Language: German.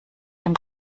dem